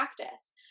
practice